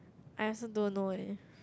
I also don't know eh